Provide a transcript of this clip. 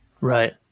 Right